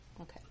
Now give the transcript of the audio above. Okay